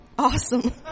Awesome